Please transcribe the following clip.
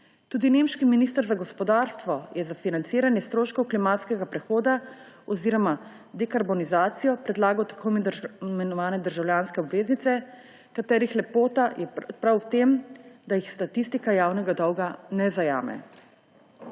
Tudi nemški minister za gospodarstvo je za financiranje stroškov klimatskega prehoda oziroma dekarbonizacijo predlagal tako imenovane državljanske obveznice, katerih lepota je prav v tem, da jih statistika javnega dolga ne zajame.